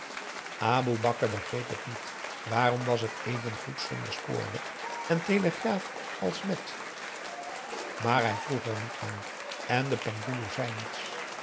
aboe bakar begreep het niet waarom was het evengoed zonder spoorweg en telegraaf als met maar hij vroeg er niet naar en de penghoeloe zei niets